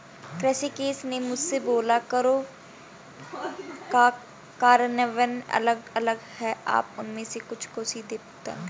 ऋषिकेश ने मुझसे बोला करों का कार्यान्वयन अलग अलग है आप उनमें से कुछ को सीधे भुगतान करते हैं